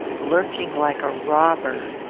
lurking like a robber!